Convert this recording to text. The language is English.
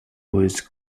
was